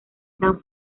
dan